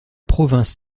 province